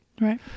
right